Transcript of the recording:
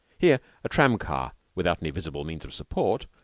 here a tram-car, without any visible means of support,